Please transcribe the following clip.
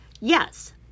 Yes